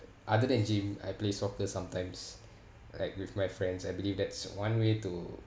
other than gym I play soccer sometimes like with my friends I believe that's one way to